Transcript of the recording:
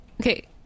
Okay